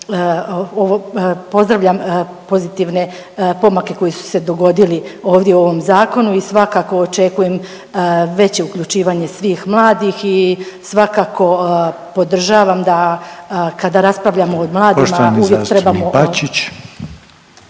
pozdravljam pozitivne pomake koji su se dogodili ovdje u ovom Zakonu i svakako očekujem veće uključivanje svih mladih i svakako podržavam da, kada raspravljamo o mladima … .../Upadica: